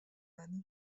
wenne